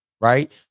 Right